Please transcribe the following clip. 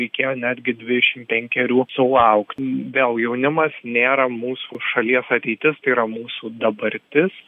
reikėjo netgi dvidešim penkerių sulaukt vėl jaunimas nėra mūsų šalies ateitis tai yra mūsų dabartis